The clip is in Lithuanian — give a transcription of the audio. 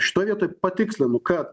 šitoj vietoj patikslinu kad